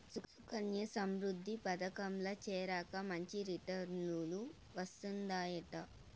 సుకన్యా సమృద్ధి పదకంల చేరాక మంచి రిటర్నులు వస్తందయంట